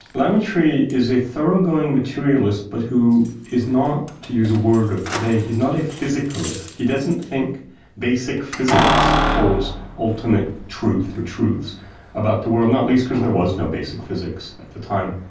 la mettrie is a thorough-going materialist but who is not, to use a word of today, he's not a physicalist, he doesn't think basic physics holds ultimate truth or truths about the world, not least because there was no basic physics at the time.